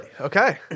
Okay